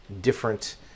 different